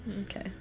okay